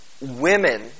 women